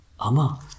Ama